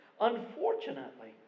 Unfortunately